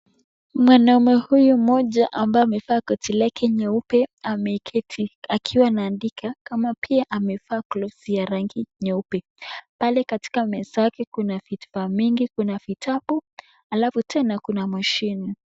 Mwanaume huyu mmoja ambaye amevaa koti lake nyeupe ame keti akiwa ana andika kama pia amevaa glosi ya rangi nyeupe. Pale katika meza yake kuna vichupa mingi, kuna vitabu alafu tena kuna mashini.